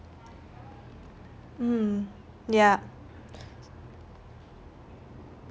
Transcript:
mm yeah